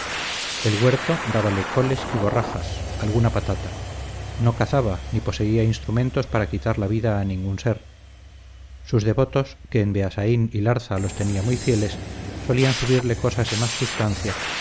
el huerto dábale coles y borrajas alguna patata no cazaba ni poseía instrumentos para quitar la vida a ningún ser sus devotos que en beasaín y larza los tenía muy fieles solían subirle cosas de más sustancia